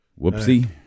whoopsie